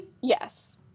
Yes